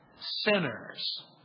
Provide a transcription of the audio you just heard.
sinners